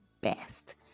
best